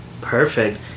perfect